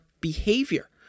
behavior